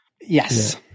yes